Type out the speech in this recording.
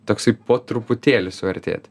toksai po truputėlį suartėt